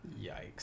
Yikes